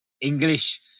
English